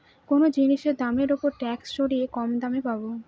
কোনো জিনিসের দামের ওপর ট্যাক্স সরিয়ে কম দামে পাবো